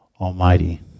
Almighty